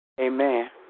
Amen